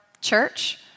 church